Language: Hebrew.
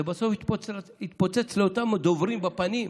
זה בסוף יתפוצץ לאותם דוברים בפנים.